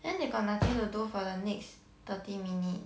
then they got nothing to do for the next thirty minute